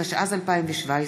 התשע"ז 2017,